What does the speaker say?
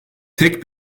tek